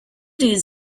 did